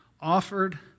offered